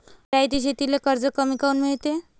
जिरायती शेतीले कर्ज कमी काऊन मिळते?